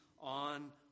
on